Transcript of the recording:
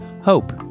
Hope